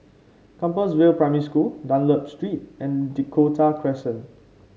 Compassvale Primary School Dunlop Street and Dakota Crescent